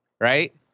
right